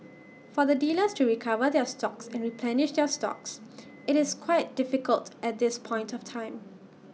for the dealers to recover their stocks and replenish their stocks IT is quite difficult at this point of time